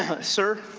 sir.